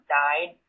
died